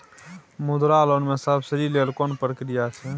मुद्रा लोन म सब्सिडी लेल कोन प्रक्रिया छै?